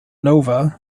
nova